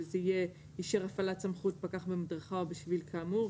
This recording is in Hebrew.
זה יהיה: אישר הפעלת סמכות פקח במדרכה או בשביל כאמור,